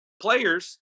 players